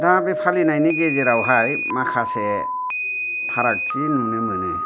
दा बे फालिनायनि गेजेरावहाय माखासे फारागथि नुनो मोनो